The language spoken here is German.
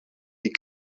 die